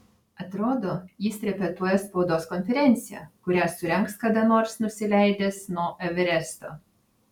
atrodo jis repetuoja spaudos konferenciją kurią surengs kada nors nusileidęs nuo everesto